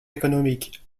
économique